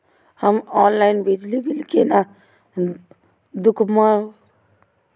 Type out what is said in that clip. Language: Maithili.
हम ऑनलाईन बिजली बील केना दूखमब?